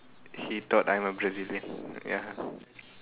he thought I'm a Brazilian ya